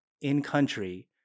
in-country